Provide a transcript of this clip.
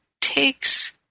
takes